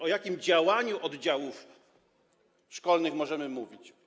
O jakim działaniu oddziałów szkolnych możemy mówić?